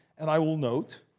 and i will note,